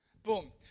Boom